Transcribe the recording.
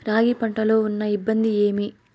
రాగి పంటలో ఉన్న ఇబ్బంది ఏమి?